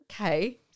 okay